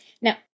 Now